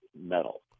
metal